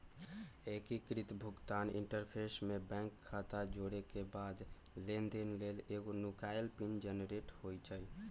एकीकृत भुगतान इंटरफ़ेस में बैंक खता जोरेके बाद लेनदेन लेल एगो नुकाएल पिन जनरेट होइ छइ